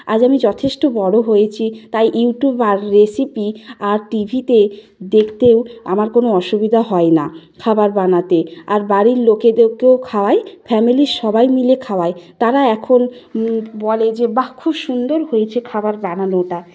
আজ আমি যথেষ্ট বড়ো হয়েছি তাই ইউট্যুব আর রেসিপি আর টিভিতে দেখতেও আমার কোনো অসুবিধা হয় না খাবার বানাতে আর বাড়ির লোকেদেরকেও খাওয়াই ফ্যামিলির সবাই মিলে খাওয়াই তারা এখন বলে যে বাহ খুব সুন্দর হয়েছে খাবার বানানোটা